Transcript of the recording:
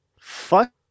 fuck